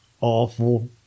awful